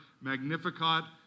Magnificat